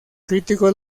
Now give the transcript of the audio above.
críticos